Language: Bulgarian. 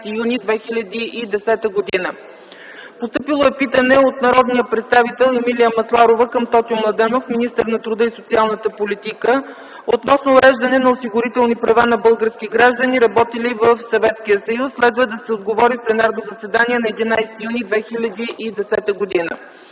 11 юни 2010 г. Постъпило е питане от народния представител Емилия Масларова към Тотю Младенов – министър на труда и социалната политика, относно уреждане на осигурителни права на български граждани, работили в Съветския съюз. Следва да се отговори в пленарното заседание на 11 юни 2010 г.